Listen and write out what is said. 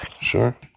sure